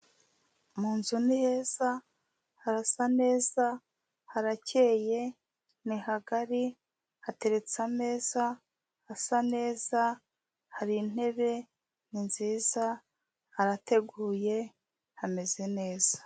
Mu nzu ni heza, harasa neza, harakeye, ni hagari, hateretse ameza asa neza, hari intebe ni nziza, harateguye hameze neza.